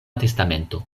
testamento